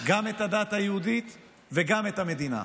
גם את הדת היהודית וגם את המדינה.